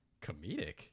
comedic